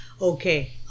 okay